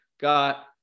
got